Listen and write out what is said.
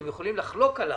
אתם יכולים לחלוק עליו.